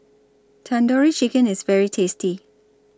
Tandoori Chicken IS very tasty